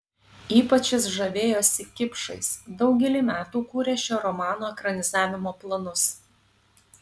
ypač jis žavėjosi kipšais daugelį metų kūrė šio romano ekranizavimo planus